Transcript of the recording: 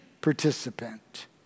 participant